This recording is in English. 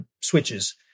switches